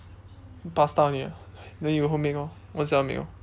pasta only ah then you homemake lor own self make lor